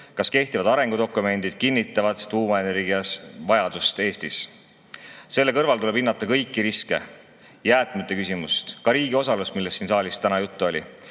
kas kehtivad arengudokumendid kinnitavad tuumaenergia vajadust Eestis. Selle kõrval tuleb hinnata kõiki riske, jäätmete küsimust, ka riigi osalust, millest siin saalis täna juttu oli,